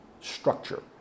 structure